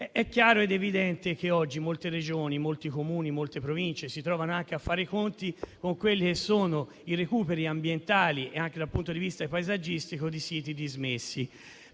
È chiaro ed evidente che oggi molte Regioni, Comuni e Province si trovano a fare i conti con i recuperi ambientali, anche dal punto di vista paesaggistico, di siti dismessi.